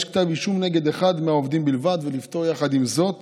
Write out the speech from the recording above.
כתב אישום נגד אחד העובדים בלבד ולפטור יחד עם זאת